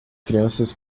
crianças